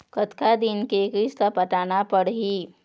कतका दिन के किस्त पटाना पड़ही?